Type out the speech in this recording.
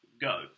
Go